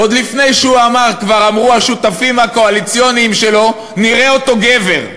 עוד לפני שהוא אמר כבר אמרו השותפים הקואליציוניים שלו: נראה אותו גבר.